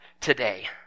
today